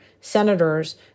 senators